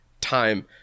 time